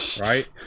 right